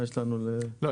לא.